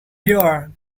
here